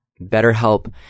BetterHelp